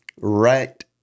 right